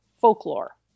folklore